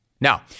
Now